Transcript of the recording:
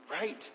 right